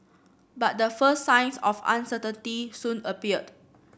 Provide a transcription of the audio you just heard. but the first signs of uncertainty soon appeared